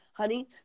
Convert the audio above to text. honey